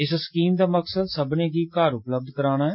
इस स्कीम दा मकसद सब्नें गी घर उपलब्ध करौआना ऐ